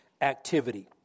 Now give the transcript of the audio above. activity